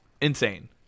Insane